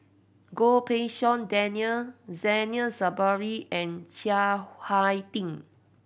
Goh Pei Siong Daniel Zainal Sapari and Chiang Hai Ding